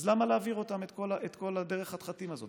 אז למה להעביר אותם את כל דרך החתחתים הזאת?